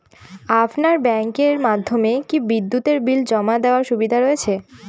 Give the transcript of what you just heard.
আপনার ব্যাংকের মাধ্যমে কি বিদ্যুতের বিল জমা দেওয়ার সুবিধা রয়েছে?